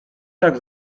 tak